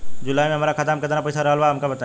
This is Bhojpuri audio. जुलाई में हमरा खाता में केतना पईसा रहल हमका बताई?